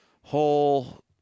whole